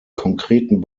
konkreten